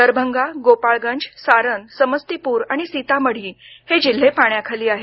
दरभंगा गोपाळगंज सारन समस्तीपूर आणि सीतामढी ही जिल्हे पाण्याखाली आहेत